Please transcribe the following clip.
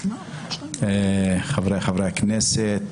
חבריי חברי הכנסת,